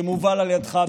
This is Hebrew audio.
שמובל על ידך,